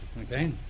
Okay